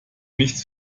nichts